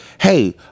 hey